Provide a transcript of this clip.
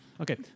Okay